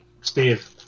Steve